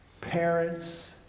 parents